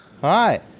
Hi